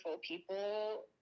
people